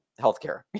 healthcare